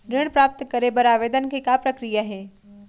ऋण प्राप्त करे बर आवेदन के का प्रक्रिया हे?